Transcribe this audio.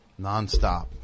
Nonstop